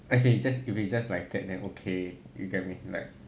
I see if it's just like that then okay you get what I mean